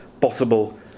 possible